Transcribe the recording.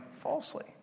falsely